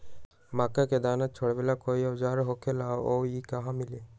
मक्का के दाना छोराबेला कोई औजार होखेला का और इ कहा मिली?